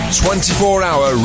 24-hour